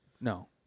No